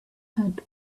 had